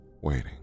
waiting